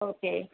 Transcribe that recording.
okay